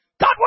God